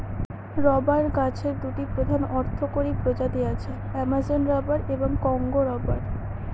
rubber গাছের দুটি প্রধান অর্থকরী প্রজাতি আছে, অ্যামাজন রবার এবং কংগো রবার